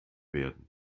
werden